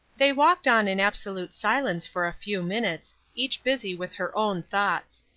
they walked on in absolute silence for a few minutes, each busy with her own thoughts.